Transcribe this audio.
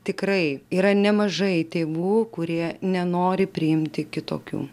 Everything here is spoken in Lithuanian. tikrai yra nemažai tėvų kurie nenori priimti kitokių